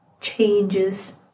changes